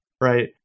right